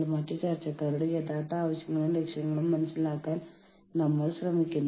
നമ്മളുടെ ജീവനക്കാർക്ക് അവരുടെ ജോലിയെക്കുറിച്ചുള്ള ഈ സുരക്ഷിതത്വബോധം നമ്മൾ നൽകുന്നു